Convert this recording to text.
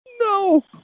No